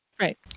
Right